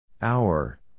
Hour